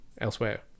elsewhere